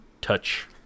touch